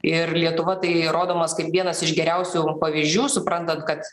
ir lietuva tai rodomos kaip vienas iš geriausių pavyzdžių suprantant kad